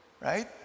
right